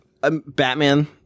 Batman